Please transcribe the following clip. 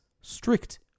strict